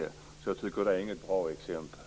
Jag tycker därför att det inte är något bra exempel.